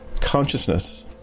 consciousness